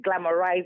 glamorize